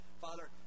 Father